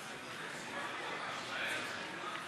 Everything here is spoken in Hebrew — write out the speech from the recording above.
סכום מענק שחרור),